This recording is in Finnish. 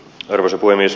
arvoisa puhemies